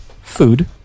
food